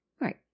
Right